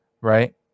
Right